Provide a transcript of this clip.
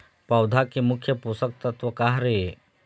पौधा के मुख्य पोषकतत्व का हर हे?